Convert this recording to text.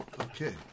okay